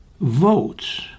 votes